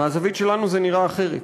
מהזווית שלנו זה נראה אחרת.